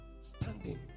standing